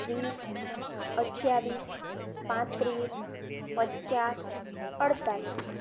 વીસ અઠ્યાવીસ પાંત્રીસ પચાસ અડતાલીસ